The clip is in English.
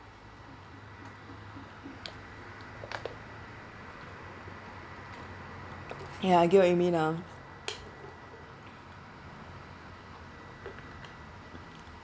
ya I get what you mean lah